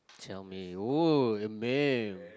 tell me !woah! a man